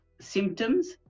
symptoms